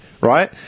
right